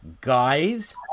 Guys